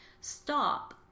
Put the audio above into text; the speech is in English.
stop